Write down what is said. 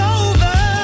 over